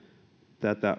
tätä